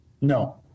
No